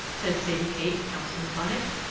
said sadie kate, pouncing upon it.